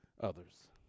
others